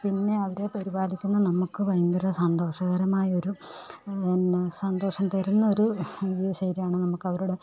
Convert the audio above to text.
പിന്നെ അവരെ പരിപാലിക്കുന്നത് നമുക്ക് ഭയങ്കര സന്തോഷകരമായ ഒരു പിന്നെ സന്തോഷം തരുന്ന ഒരു ജീവിതശൈലിയാണ് നമുക്ക് അവരുടെ